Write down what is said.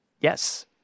Yes